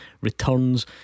returns